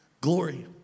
glory